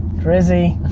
drizzy.